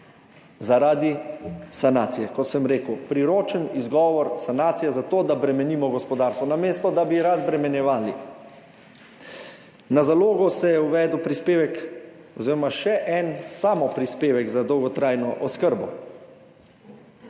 zaradi sanacije. Kot sem rekel, priročen izgovor, sanacija, zato da bremenimo gospodarstvo, namesto da bi razbremenjevali. Na zalogo se je uvedel prispevek oziroma še en samoprispevek za dolgotrajno oskrbo.